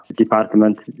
department